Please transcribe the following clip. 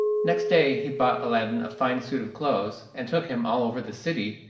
next day he bought aladdin a fine suit of clothes, and took him all over the city,